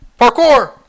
Parkour